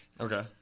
Okay